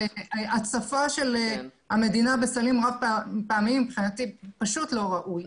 הצפה של המדינה בסלים רב-פעמיים מבחינתי זה פשוט לא ראוי.